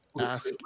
ask